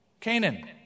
Canaan